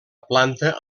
planta